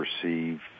perceive